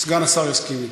סגן השר יסכים איתי,